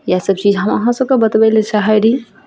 यए सब चीज हम अहाँ सबके बतबैला चाहय रही